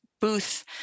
booth